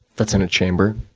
that's in a chamber?